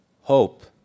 Hope